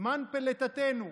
זמן פליטתנו.